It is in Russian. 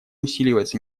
усиливается